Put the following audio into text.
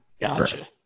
Gotcha